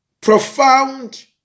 profound